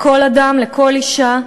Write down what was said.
לכל אישה,